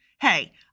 Hey